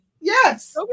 yes